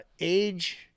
age